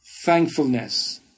thankfulness